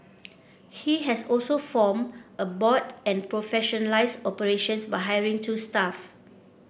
he has also formed a board and professionalised operations by hiring two staff